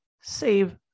save